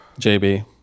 JB